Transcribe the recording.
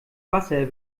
wasser